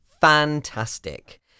fantastic